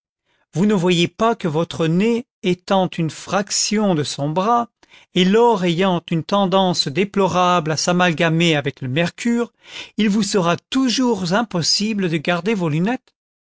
vous ne voyez pas que votre nez étant une fraction de son bras et l'or ayanfrune tendance déplorable à s'amalgamer avec le mercure il vous sera toujours impossible de garder vos lunettes